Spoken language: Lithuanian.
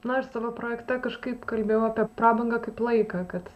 na aš savo projekte kažkaip kalbėjau apie prabangą kaip laiką kad